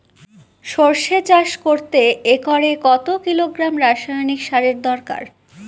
সরষে চাষ করতে একরে কত কিলোগ্রাম রাসায়নি সারের দরকার?